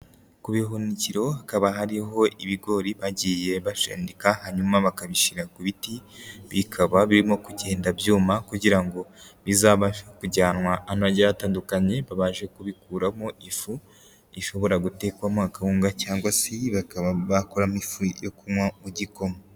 Ku bihunikiroho hakaba hariho ibigori bagiye bashendika hanyuma bakabishyira ku biti bikaba birimo kugenda byuma kugira ngo bizabashe kujyanwa ahantu hagiye hatandukanye babashe kubikuramo ifu ishobora gutekwamo akawunga cyangwa se bakaba bakoramo ifu yo kunywa mu gikoma.